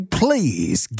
please